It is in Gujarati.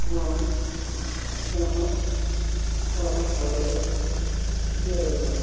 હં હં હં હં હં બરોબર બરોબર